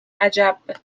عجب